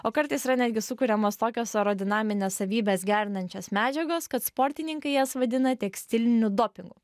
o kartais yra netgi sukuriamos tokios aerodinamines savybes gerinančios medžiagos kad sportininkai jas vadina tekstiliniu dopingu